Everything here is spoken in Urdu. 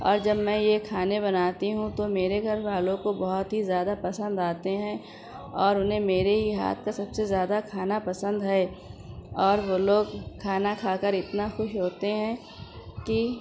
اور جب میں یہ کھانے بناتی ہوں تو میرے گھر والوں کو بہت ہی زیادہ پسند آتے ہیں اور انہیں میرے ہی ہاتھ کا سب سے زیادہ کھانا پسند ہے اور وہ لوگ کھانا کھا کر اتنا خوش ہوتے ہیں کہ